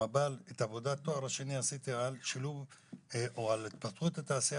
את עבודת התואר השני עשיתי על שילוב או התפתחות התעשייה